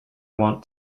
want